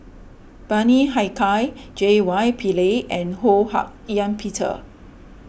Bani Haykal J Y Pillay and Ho Hak Ean Peter